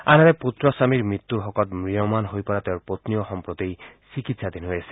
আনহাতে পুত্ৰ স্বামীৰ মৃত্যুৰ শোকত ম্ৰিয়মান হৈ পৰা তেওঁৰ পশ্নীশু সম্প্ৰতি চিকিৎসাধীন হৈ আছে